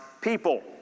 people